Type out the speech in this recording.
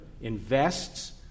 invests